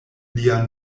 lia